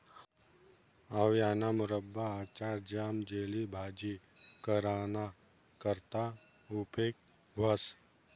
आवयाना मुरब्बा, आचार, ज्याम, जेली, भाजी कराना करता उपेग व्हस